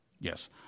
Yes